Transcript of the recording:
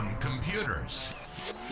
Computers